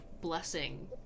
blessing